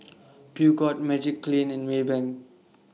Peugeot Magiclean and Maybank